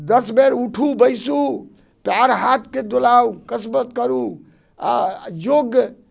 दस बेर उठू बैसू पाएर हाथके डोलाउ कसबत करू आओर योग